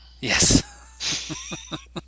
yes